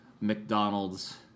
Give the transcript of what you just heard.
McDonald's